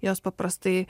jos paprastai